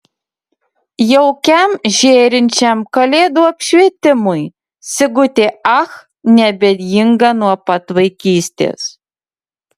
jaukiam žėrinčiam kalėdų apšvietimui sigutė ach neabejinga nuo pat vaikystės